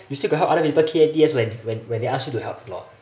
you still got help other people key A_T_S when when when they ask you to help or not